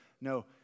No